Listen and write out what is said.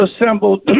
assembled